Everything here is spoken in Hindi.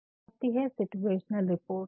फिर आती है सीटुएशनल रिपोर्ट